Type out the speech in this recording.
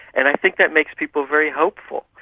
and i think that makes people very hopeful.